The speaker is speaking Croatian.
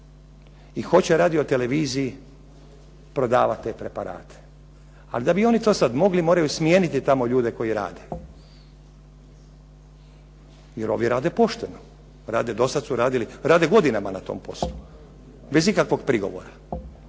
I hoće radio-televiziji prodavati te preparate. Ali da bi oni to sada mogli, moraju smijeniti te ljude koji tamo rade. Jer ovi rade pošteno. Do sada su radili, rade godinama na tom poslu bez ikakvog prigovora.